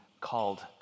called